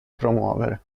promuovere